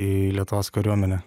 į lietuvos kariuomenę